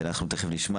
ואנחנו תיכף נשמע